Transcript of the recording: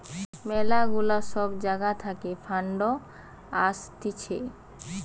ম্যালা গুলা সব জাগা থাকে ফান্ড আসতিছে